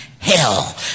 hell